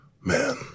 Man